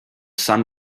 sun